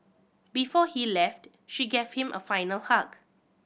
before he left she gave him a final hug